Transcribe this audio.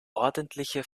ordentliche